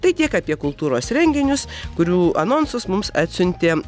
tai tiek apie kultūros renginius kurių anonsus mums atsiuntė